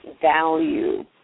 value